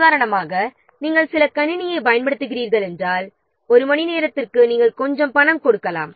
உதாரணமாக நாம் சில கணினியைப் பயன்படுத்துகிறோம் என்றால் ஒரு மணி நேரத்திற்கு நாம் சிறிது பணம் கொடுக்கலாம்